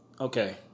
Okay